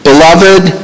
beloved